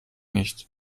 nicht